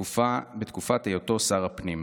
בתקופת היותו שר הפנים,